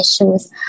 issues